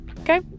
Okay